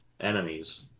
enemies